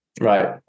right